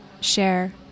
share